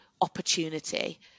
opportunity